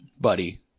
Buddy